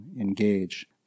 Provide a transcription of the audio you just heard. engage